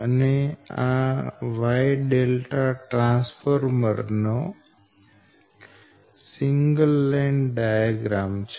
અને આ Y transformer નો સિંગલ લાઈન ડાયાગ્રામ છે